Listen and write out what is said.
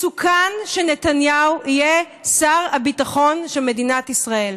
מסוכן שנתניהו יהיה שר הביטחון של מדינת ישראל.